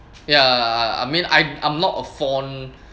ya I mean I I'm not a fond